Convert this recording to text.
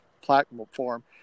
platform